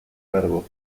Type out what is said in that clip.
calvo